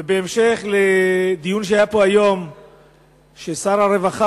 ובהמשך לדיון שהיה פה היום כששר הרווחה